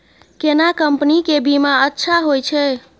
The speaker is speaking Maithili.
केना कंपनी के बीमा अच्छा होय छै?